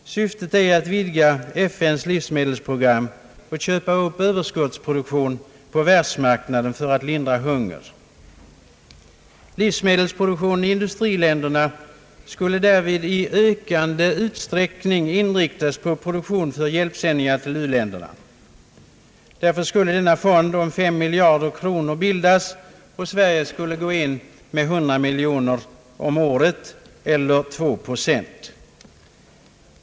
Syftet är att vidga FN:s livsmedelsprogram och köpa upp överskottsproduktion på världsmarknaden för att lindra hunger. Livsmedelsproduktionen i industriländerna skulle därför i ökad utsträckning inriktas på produktion för hjälpsändningar till u-länderna. Av den anledningen skulle denna fond på 5 miljarder kronor bildas och Sverige skulle gå in med 100 miljoner om året, eller 2 procent.